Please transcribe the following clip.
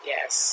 Yes